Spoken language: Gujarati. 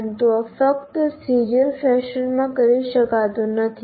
પરંતુ આ ફક્ત સીરીયલ ફેશનમાં કરી શકાતું નથી